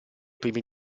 primi